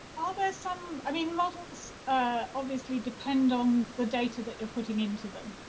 ah about some, i mean, models obviously depend on the data that you're putting into them.